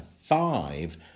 five